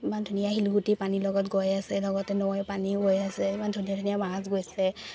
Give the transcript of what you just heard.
ইমান ধুনীয়া শিলগুটি পানীৰ লগত গৈ আছে লগতে নৈ পানীও গৈ আছে ইমান ধুনীয়া ধুনীয়া মাছ গৈছে